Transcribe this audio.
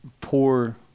Poor